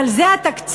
אבל זה התקציב?